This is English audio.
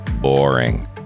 boring